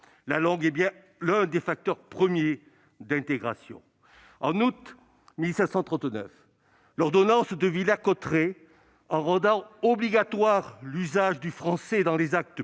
La langue est bien l'un des facteurs premiers d'intégration. En août 1539, l'ordonnance de Villers-Cotterêts, en rendant obligatoire l'usage du français dans les actes